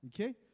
Okay